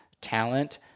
talent